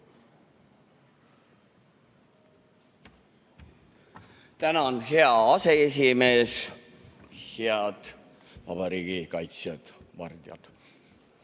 Tänan, hea aseesimees! Head vabariigi kaitsjad, vardjad!